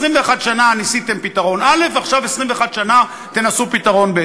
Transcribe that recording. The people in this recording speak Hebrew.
21 שנה ניסיתם פתרון א' ועכשיו 21 שנה תנסו פתרון ב'.